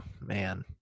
man